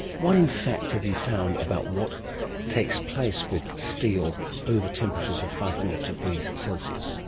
what in fact have you found about what takes place with steel over temperatures of five hundred degrees celsius?